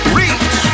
reach